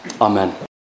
Amen